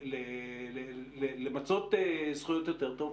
למצות זכויות יותר טוב,